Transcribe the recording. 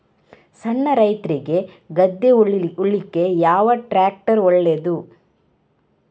ಸಣ್ಣ ರೈತ್ರಿಗೆ ಗದ್ದೆ ಉಳ್ಳಿಕೆ ಯಾವ ಟ್ರ್ಯಾಕ್ಟರ್ ಒಳ್ಳೆದು?